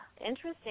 interesting